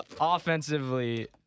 offensively